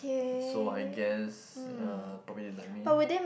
so I guess yeah probably they like me